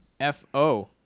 F-O